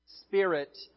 spirit